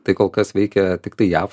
tai kol kas veikia tiktai jav